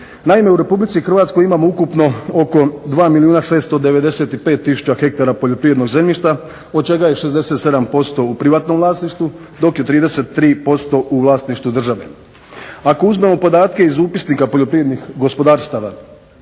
Naime, u Republici Hrvatskoj imamo ukupno oko 2 milijuna 695 tisuća hektara poljoprivrednog zemljišta od čega je 67% u privatnom vlasništvu, dok je 33% u vlasništvu države. Ako uzmemo podatke iz upisnika poljoprivrednih gospodarstava